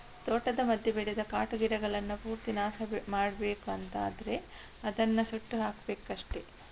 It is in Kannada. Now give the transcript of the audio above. ತೋಟದ ಮಧ್ಯ ಬೆಳೆದ ಕಾಟು ಗಿಡಗಳನ್ನ ಪೂರ್ತಿ ನಾಶ ಮಾಡ್ಬೇಕು ಅಂತ ಆದ್ರೆ ಅದನ್ನ ಸುಟ್ಟು ಹಾಕ್ಬೇಕಷ್ಟೆ